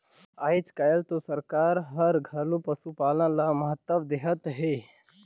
आयज कायल तो सरकार हर घलो पसुपालन ल महत्ता देहत हे